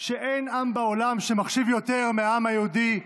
ש"אין עם בעולם שמחשיב יותר מהעם היהודי,